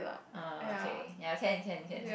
ah okay ya can can can